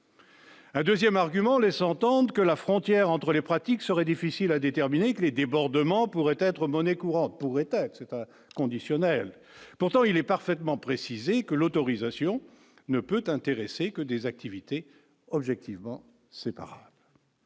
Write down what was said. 2ème argument laisse entendre que la frontière entre les pratiques seraient difficiles à déterminer que les débordements pourraient être monnaie courante pourrait etc conditionnel, pourtant il est parfaitement préciser que l'autorisation ne peut intéresser que des activités objectivement c'est